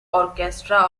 orchestra